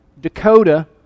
dakota